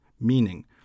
meaning